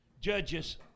Judges